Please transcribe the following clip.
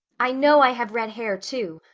i know i have red hair too.